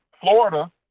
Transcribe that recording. Florida